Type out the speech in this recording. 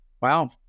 Wow